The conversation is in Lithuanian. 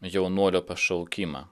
jaunuolio pašaukimą